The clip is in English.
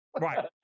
right